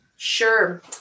Sure